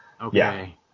Okay